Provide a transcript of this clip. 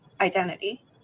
identity